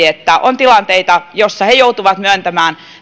että on tilanteita joissa he he joutuvat myöntämään